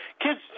kids